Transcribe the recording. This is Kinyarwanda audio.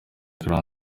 gratien